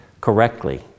correctly